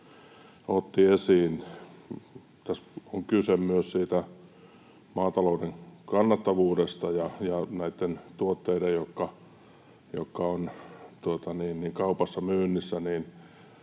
otti esiin, tässä on kyse myös siitä maatalouden kannattavuudesta ja näiden tuotteiden, jotka ovat kaupassa myynnissä,